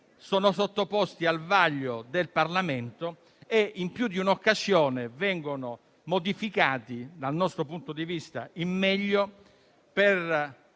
sono sottoposti al vaglio del Parlamento e in più di un'occasione vengono modificati - dal nostro punto di vista, in meglio -